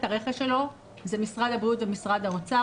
הרכש שלו הם משרד הבריאות ומשרד האוצר,